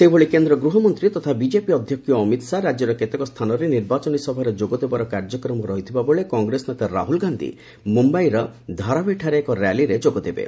ସେହିଭଳି କେନ୍ଦ୍ର ଗୃହମନ୍ତ୍ରୀ ତଥା ବିଜେପି ଅଧ୍ୟକ୍ଷ ଅମିତ ଶାହା ରାଜ୍ୟର କେତେକ ସ୍ଥାନରେ ନିର୍ବାଚନୀ ସଭାରେ ଯୋଗଦେବାର କାର୍ଯ୍ୟକ୍ମ ରହିଥିବା ବେଳେ କଂଗ୍ରେସ ନେତା ରାହୁଳ ଗାନ୍ଧୀ ମୁମ୍ବାଇର ଧାରାଭିଠାରେ ଏକ ର୍ୟାଲିରେ ଯୋଗଦେବେ